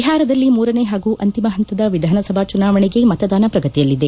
ಬಿಹಾರದಲ್ಲಿ ಮೂರನೇ ಹಾಗೂ ಅಂತಿಮ ಹಂತದ ವಿಧಾನಸಭಾ ಚುನಾವಣೆಗೆ ಮತದಾನ ಪ್ರಗತಿಯಲ್ಲಿದೆ